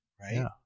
right